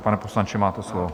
Pane poslanče, máte slovo.